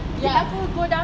ya